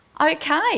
Okay